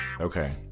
Okay